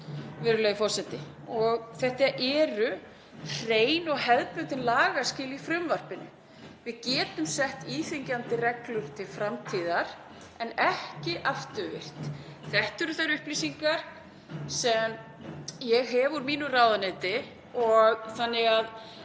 Þetta eru hrein og hefðbundin lagaskil í frumvarpinu. Við getum sett íþyngjandi reglur til framtíðar en ekki afturvirkt. Þetta eru þær upplýsingar sem ég hef úr mínu ráðuneyti þannig að